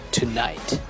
tonight